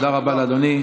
תודה רבה לאדוני.